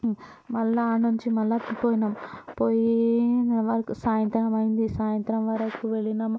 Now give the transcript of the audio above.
మళ్ళా ఆడనుంచి కూడా మళ్ల కు పోయినాం పొయ్యి మళ్ళ సాయంత్రం అయింది సాయంత్రం వరకు వెళ్లినాము